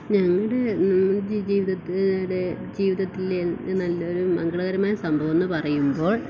ഞങ്ങളുടെ ജീവിത ടെ ജീവിതത്തിലെ നല്ലൊരു മംഗളകരമായ സംഭവമെന്നു പറയുമ്പോൾ